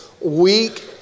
weak